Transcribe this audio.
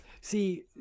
See